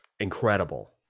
incredible